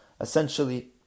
essentially